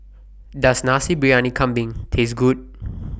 Does Nasi Briyani Kambing Taste Good